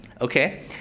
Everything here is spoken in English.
okay